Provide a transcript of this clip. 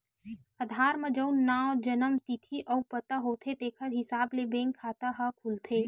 आधार म जउन नांव, जनम तिथि अउ पता होथे तेखर हिसाब ले बेंक खाता ह खुलथे